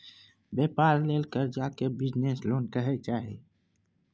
बेपार लेल करजा केँ बिजनेस लोन कहै छै